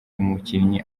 umukinnyi